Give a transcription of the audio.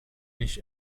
nicht